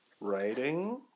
Writing